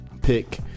pick